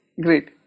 great